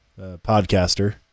podcaster